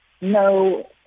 no